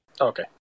Okay